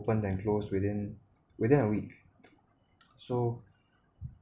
open and close within within a week so